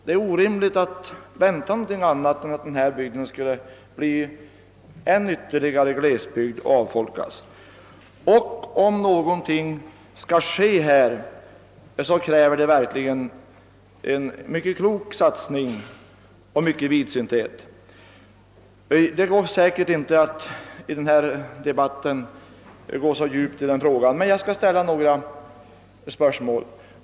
Det är orimligt att vänta någonting annat än att denna bygd skulle avfolkas och bli en ännu mer utpräglad glesbygd. Om någonting skall hända här krävs det verkligen en mycket klok satsning och mycken vidsynthet. Det går säkert inte att i denna debatt tränga så djupt in i detta problem, men jag skall ställa några frågor.